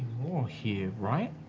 more here, right?